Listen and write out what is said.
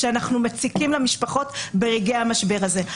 שאנחנו מציקים למשפחות ברגעי המשבר הזה,